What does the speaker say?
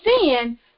sin